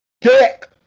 dick